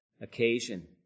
occasion